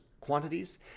quantities